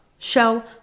show